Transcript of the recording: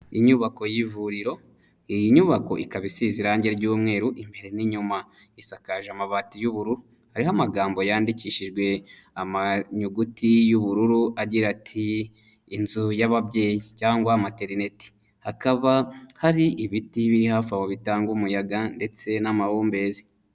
Inyubako y'ivuriro, iyi nyubako ikaba isize irangi ry'mweru imbere n'inyuma. Isakaje amabati y'ubururu hariho amagambo yandikishijwe amanyuguti y'ubururu agira ati "Inzu y'ababyeyi cyangwa Maternity". Hakaba hari ibiti biri hafi aho bitanga umuyaga ndetse n'amahumbezi.